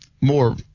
more